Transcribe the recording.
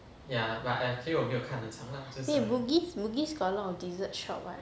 eh bugis bugis got a lot of dessert shop [what]